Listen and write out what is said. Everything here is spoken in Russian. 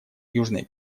южной